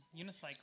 Unicycle